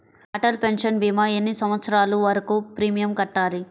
Atal pension భీమా ఎన్ని సంవత్సరాలు వరకు ప్రీమియం కట్టాలి?